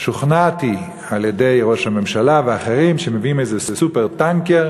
שוכנעתי על-ידי ראש הממשלה ואחרים שמביאים איזה "סופר-טנקר"